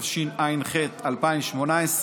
התשע"ח 2018,